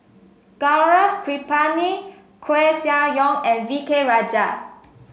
Gaurav Kripalani Koeh Sia Yong and V K Rajah